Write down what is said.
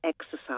exercise